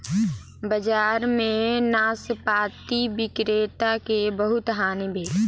बजार में नाशपाती विक्रेता के बहुत हानि भेल